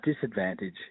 disadvantage